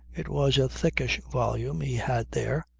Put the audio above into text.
it was a thickish volume he had there,